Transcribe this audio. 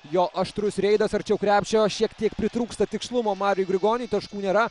jo aštrus reidas arčiau krepšio šiek tiek pritrūksta tikslumo mariui grigoniui taškų nėra